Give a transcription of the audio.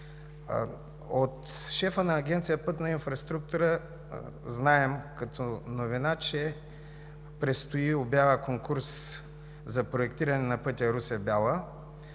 От шефа на Агенция „Пътна инфраструктура“ знаем като новина, че предстои обява-конкурс за проектиране на пътя Русе – Бяла.